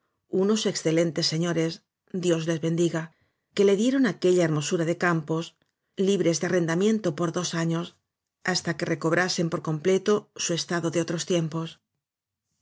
unos excelentes señores dios les bendiga r que le dieron aquella hermosura de campos libres de arrendamiento por dos años hasta que recobrasen por completo su estado de otros tiempos